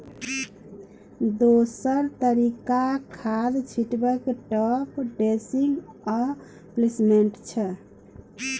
दोसर तरीका खाद छीटबाक टाँप ड्रेसिंग आ प्लेसमेंट छै